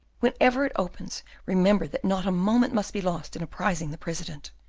whenever it opens, remember that not a moment must be lost in apprising the president.